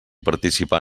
participar